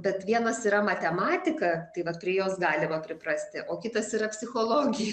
bet vienas yra matematika tai vat prie jos galima priprasti o kitas yra psichologija